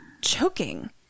choking